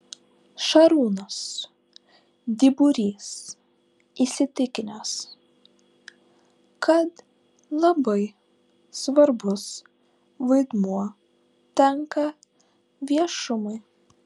šarūnas dyburys įsitikinęs kad labai svarbus vaidmuo tenka viešumui